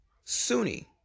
Sunni